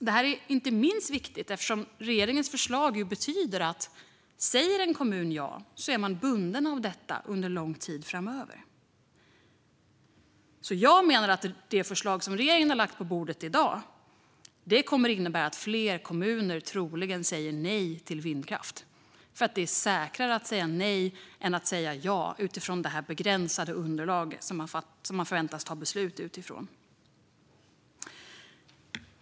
Detta är inte minst viktigt eftersom regeringens förslag betyder att om en kommun säger ja är den bunden av detta under lång tid framöver. Jag menar därför att det förslag som regeringen har lagt på bordet i dag troligen kommer att innebära att fler kommuner säger nej till vindkraft. Det är nämligen säkrare att säga nej än att säga ja utifrån det begränsade underlag som man förväntas fatta beslut utifrån.